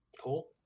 cool